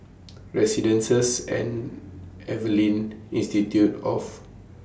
Residences At Evelyn Institute of